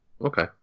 Okay